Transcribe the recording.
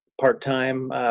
part-time